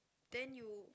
then you